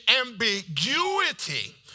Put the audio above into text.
ambiguity